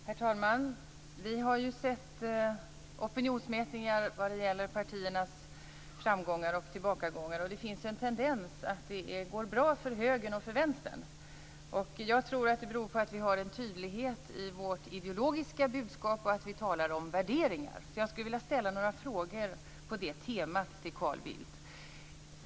Herr talman! Vi har sett opinionsmätningar vad gäller partiernas framgångar och tillbakagångar. Det finns en tendens att det går bra för högern och för vänstern. Jag tror att det beror på att vi har en tydlighet i vårt ideologiska budskap och att vi talar om värderingar. Jag skulle vilja ställa några frågor på det temat till Carl Bildt.